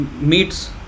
meets